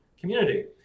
community